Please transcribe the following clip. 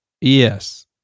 yes